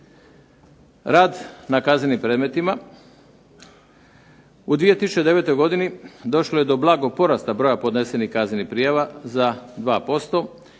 Rad na kaznenim predmetima, u 2009. godini došlo je do blagog porasta broja podnesenih kaznenih prijava za 2%.